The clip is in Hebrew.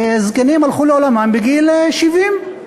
זקנים הלכו לעולמם בגיל 70,